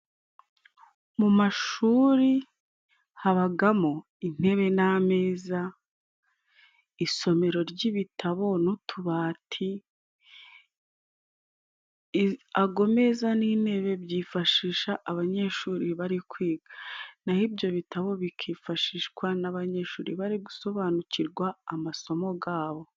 Mu mashuri habagamo intebe n'ameza, isomero ry'ibitabo n'tubati. Ago meza n'intebe byifashisha abanyeshuri bari kwiga naho ibyo bitabo bikifashishwa n'abanyeshuri bari gusobanukirwa amasomo gabo.